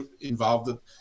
involved